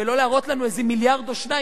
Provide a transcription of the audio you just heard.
ולא להראות לנו איזה מיליארד או שניים